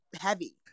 heavy